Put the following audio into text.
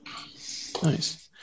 Nice